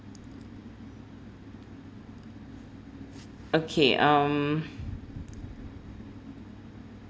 okay um